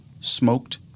smoked